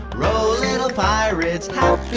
row little pirates.